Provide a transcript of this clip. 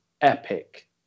epic